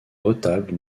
retables